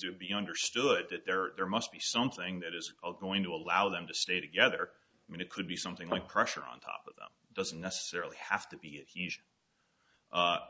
to be understood that there are there must be something that is going to allow them to stay together and it could be something like pressure on top of them doesn't necessarily have to be a huge